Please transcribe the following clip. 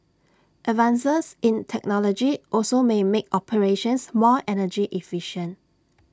advances in technology also may make operations more energy efficient